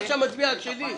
עכשיו אני מצביע על שלי.